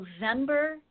November